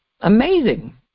amazing